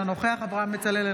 אינו נוכח אברהם בצלאל,